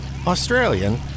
Australian